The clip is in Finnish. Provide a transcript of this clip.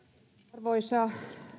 arvoisa